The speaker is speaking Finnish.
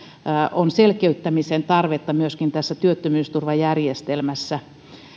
on selkeyttämisen tarvetta myöskin tässä työttömyysturvajärjestelmässä